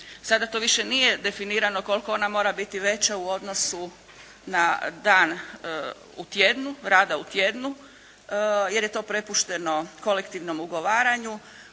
Sada to više nije definirano koliko ona mora biti veća u odnosu na dan u tjednu, rada u tjednu jer je to prepušteno kolektivnom ugovaranju.